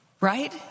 right